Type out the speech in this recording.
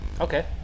Okay